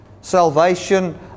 Salvation